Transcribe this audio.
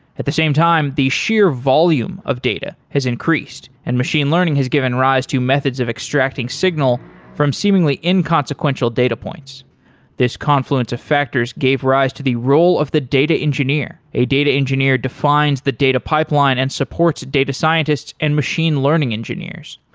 at the same time, the sheer volume of data has increased and machine learning has given rise to methods of extracting signal from seemingly inconsequential data points this confluence of factors gave rise to the role of the data engineer. a data engineer defines the data pipeline and supports data scientists and machine learning engineers.